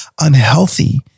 unhealthy